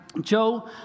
Joe